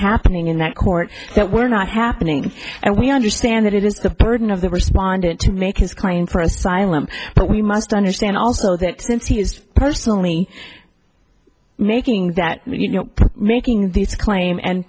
happening in that court that were not happening and we understand that it is the burden of the respondent to make his claim for asylum but we must understand also that since he is personally making that you know making the claim and